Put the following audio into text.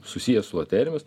susijęs su loterijomis